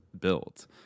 built